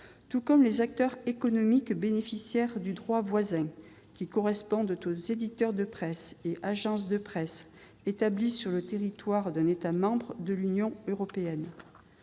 définis les acteurs économiques bénéficiaires du droit voisin, qui correspondent aux éditeurs de presse et aux agences de presse établis sur le territoire d'un État membre de l'Union européenne.